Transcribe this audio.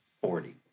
Forty